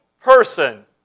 person